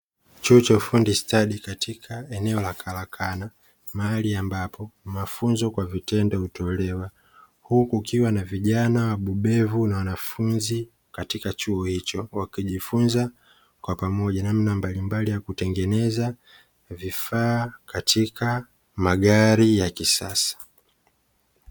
Chuo cha ufundi stadi katika eneo la karakana mahali ambapo mafunzo kwa vitendo hutolewa, huku kukiwa na vijana wabobevu na wanafunzi katika chuo hicho. Wakijifunza kwa pamoja namna mbalimbali ya kutengeneza vifaa katika magari ya kisasa.